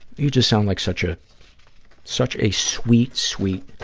you just sound like such ah such a sweet, sweet,